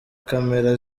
camera